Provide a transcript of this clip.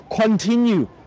continue